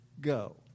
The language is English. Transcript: go